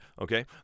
okay